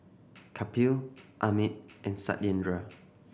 Kapil Amit and Satyendra